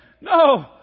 no